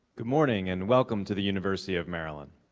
good morning, and welcome to the university of maryland.